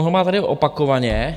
On ho má tady opakovaně.